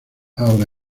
ahora